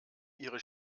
ihre